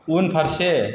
उनफारसे